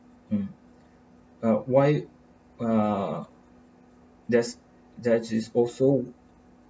mm uh why ah there's there is also